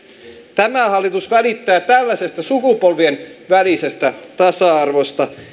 tämä hallitus välittää tällaisesta sukupolvien välisestä tasa arvosta